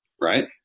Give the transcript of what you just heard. Right